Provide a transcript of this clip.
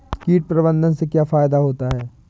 कीट प्रबंधन से क्या फायदा होता है?